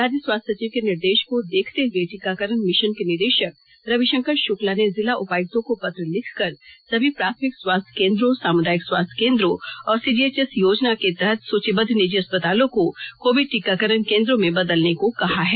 राज्य स्वास्थ्य सचिव के निर्देश को देखते हुए टीकाकरण मिशन के निदेशक रविशंकर शुक्ला ने जिला उपायुक्तों को पत्र लिखकर सभी प्राथमिक स्वास्थ्य केन्द्रों सामुदायिक स्वास्थ्य कोन्द्रों और सीजीएचएस योजना के तहत सूचीबद्ध निजी अस्पतालों को कोविड टीकाकरण कोन्द्रों में बदलने को कहा है